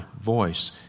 voice